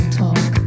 talk